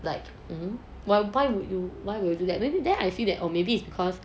like why would you why would you do that then I feel that or maybe it's because